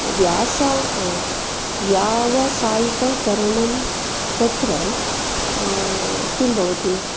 व्यासा व्यावसायिकतरणं तत्र किं भवति